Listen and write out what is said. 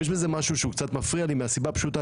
ויש בזה משהו שקצת מפריע לי מהסיבה הפשוטה